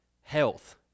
health